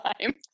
time